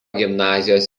gimnazijos